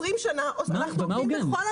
20 שנה -- מה הוגן?